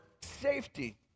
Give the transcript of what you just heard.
safety